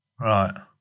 Right